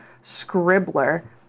Scribbler